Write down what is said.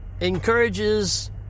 encourages